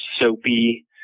soapy